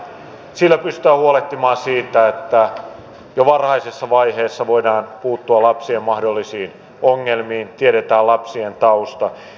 sillä pystytään huolehtimaan siitä että jo varhaisessa vaiheessa voidaan puuttua lapsien mahdollisiin ongelmiin tiedetään lapsien tausta